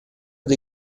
dei